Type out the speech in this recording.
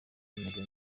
ameze